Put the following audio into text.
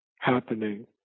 happening